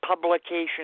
publication